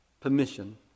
permission